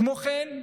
כמו כן,